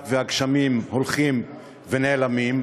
הגשמים כמעט הולכים ונעלמים,